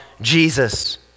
Jesus